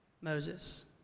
Moses